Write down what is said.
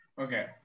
Okay